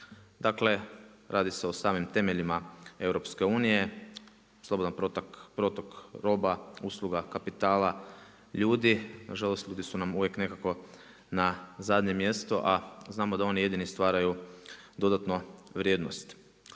Dakle, radi se o samim temeljima EU, slobodan protok roba, usluga, kapitala, ljudi. Na žalost ljudi su nam uvijek nekako na zadnjem mjestu, a znamo da oni jedini stvaraju dodatnu vrijednost.